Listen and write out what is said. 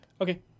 Okay